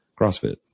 CrossFit